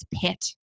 pit